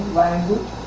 language